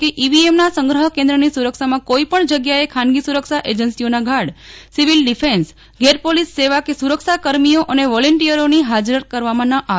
કે ઈવીએમના સંગ્રહ કેન્દ્રની સુરક્ષામાં કોઈપણ જગ્યાએ ખાનગી સુરક્ષા એજન્સીઓના ગાર્ડ સિવિલ ડીફેન્સ ગેરપોલીસ સેવા કે સુરક્ષા કર્મીઓ અને વોલેન્ટીયર્સને ફાજર કરવામાં ન આવે